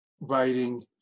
writing